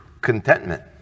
contentment